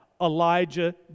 Elijah